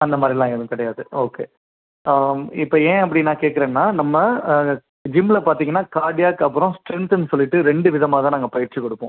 அந்த மாதிரிலாம் எதுவும் கிடையாது ஓகே இப்போ ஏன் அப்படி நான் கேட்குறேனா நம்ம ஜிம்மில் பார்த்தீங்கனா கார்டியாக் அப்புறோம் ஸ்ட்ரென்த்துனு சொல்லிவிட்டு ரெண்டு விதமாக தான் நாங்கள் பயிற்சி கொடுப்போம்